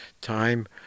time